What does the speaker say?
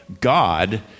God